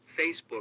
Facebook